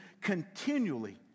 continually